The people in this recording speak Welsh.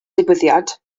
digwyddiad